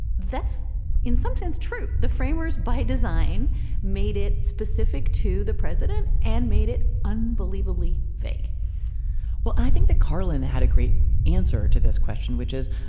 that's in some sense true. the framers by design made it specific to the president and made it unbelievably vague well, i think the carlin had a great answer to this question, which is,